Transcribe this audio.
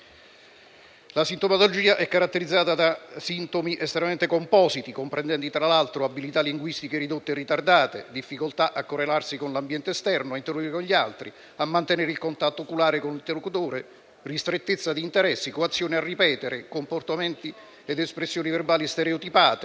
La sintomatologia è caratterizzata da sintomi estremamente compositi comprendenti tra l'altro abilità linguistiche ridotte e ritardate, difficoltà a correlarsi con l'ambiente esterno, ad interloquire con gli altri, a mantenere il contatto oculare con l'interlocutore, ristrettezza di interessi, coazione a ripetere, comportamenti ed espressioni verbali stereotipate,